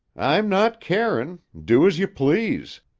i'm not carin'. do as you please,